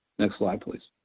next slide please.